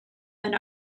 and